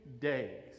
days